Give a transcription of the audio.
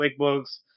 QuickBooks